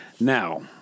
Now